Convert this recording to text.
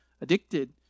addicted